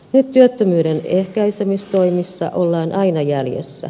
nyt työttömyyden ehkäisemistoimissa ollaan aina jäljessä